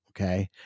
okay